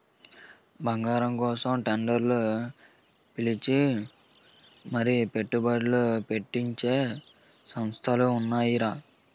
బంగారం కోసం టెండర్లు పిలిచి మరీ పెట్టుబడ్లు పెట్టించే సంస్థలు ఉన్నాయిరా